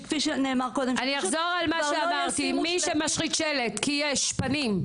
שכפי שנאמר קודם -- אני אחזור על מה שאמרתי: מי שמשחית שלט כי יש פנים,